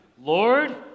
Lord